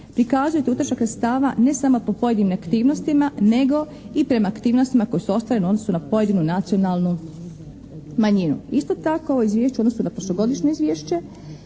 prikazuje utrošak sredstava ne samo po pojedinim aktivnostima nego i prema aktivnostima koje su ostvarene u odnosu na pojedinu nacionalnu manjinu. Isto tako ovo Izvješće u odnosu na prošlogodišnje Izvješće